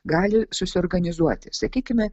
gali susiorganizuoti sakykime